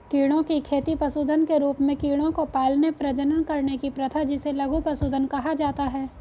कीड़ों की खेती पशुधन के रूप में कीड़ों को पालने, प्रजनन करने की प्रथा जिसे लघु पशुधन कहा जाता है